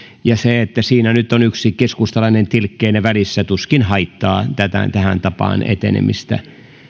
ja se että siinä nyt on yksi keskustalainen tilkkeenä välissä tuskin haittaa tähän tapaan etenemistä